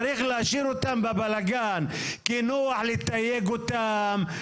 כי נוח לתייג אותם,